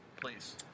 Please